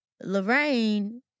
Lorraine